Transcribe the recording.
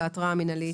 להתראה המינהלית.